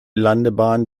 landebahn